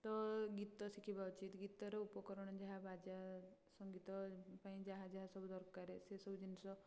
ତ ଗୀତ ଶିଖିବା ଉଚିତ୍ ଗୀତର ଉପକରଣ ଯାହା ବାଜା ସଂଗୀତ ପାଇଁ ଯାହା ଯାହା ସବୁ ଦରକାର ସେ ସବୁ ଜିନିଷ